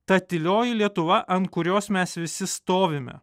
ta tylioji lietuva ant kurios mes visi stovime